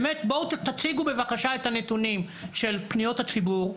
בואו תציגו בבקשה את הנתונים של פניות הציבור,